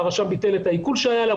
והרשם ביטל את העיקול שהיה עליו,